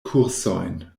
kursojn